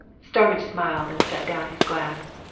starmidge smiled and set down his glass.